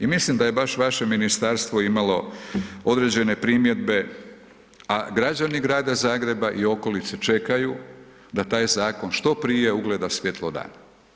I mislim da je baš vaše ministarstvo imalo određene primjedbe, a građani Grada Zagreba i okolice čekaju da taj zakon što prije ugleda svjetlo dana.